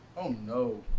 oh, no,